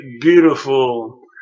beautiful